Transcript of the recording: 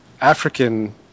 African